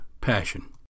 passion